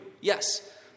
Yes